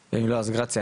גרציה,